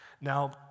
Now